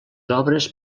obres